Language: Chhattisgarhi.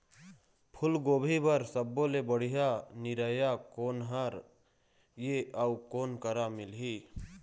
फूलगोभी बर सब्बो ले बढ़िया निरैया कोन हर ये अउ कोन करा मिलही?